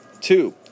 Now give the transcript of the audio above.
Two